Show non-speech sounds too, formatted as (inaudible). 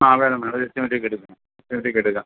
ആ വേണം വേണം എസ്റ്റിമേറ്റ് ഒക്കെ എടുക്കണം (unintelligible) എടുക്കാം